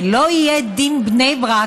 ולא יהיה דין בני ברק,